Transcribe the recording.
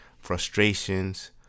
frustrations